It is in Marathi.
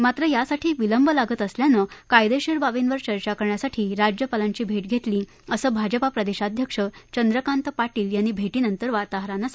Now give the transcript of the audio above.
मात्र यासाठी विलंब लागत असल्यानं कायदेशीर बाबींवर चर्चा करण्यासाठी राज्यपालांची भेट घेतली असं भाजपा प्रदेशाध्यक्ष चंद्रकांत पाटील यांनी भेटीनंतर वार्ताहरांना सांगितलं